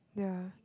yeah